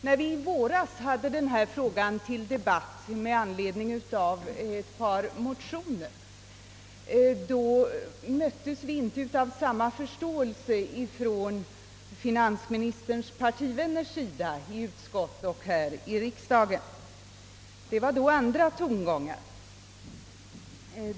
När vi i våras hade denna fråga uppe till debatt med anledning av ett par motioner, möttes vi inte av samma förståelse av finansministerns partivänner i utskottet och i kamrarna. Det var då andra tongångar.